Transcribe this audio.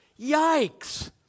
yikes